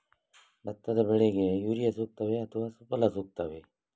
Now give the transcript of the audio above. ಭತ್ತದ ಬೆಳೆಗೆ ಯೂರಿಯಾ ಸೂಕ್ತವೇ ಅಥವಾ ಸುಫಲ ಸೂಕ್ತವೇ?